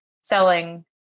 selling